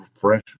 fresh